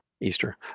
Easter